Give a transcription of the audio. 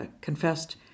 confessed